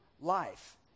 life